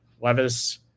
Levis